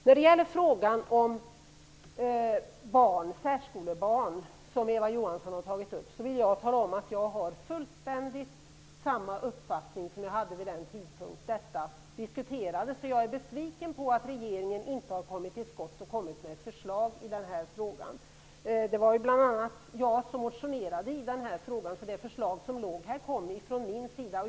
När det gäller den fråga om särskolebarn som Eva Johansson tog upp vill jag tala om att jag har precis samma uppfattning som jag hade vid den tidpunkt då detta diskuterades. Jag är besviken över att regeringen inte har kommit till skott, att den inte har kommit med ett förslag när det gäller detta. Det var bl.a. jag som motionerade i den här frågan. Det förslag som låg här kom från mig.